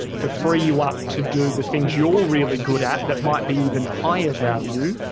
to free you up to do the things, you're really good at that might be even higher value.